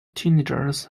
teenagers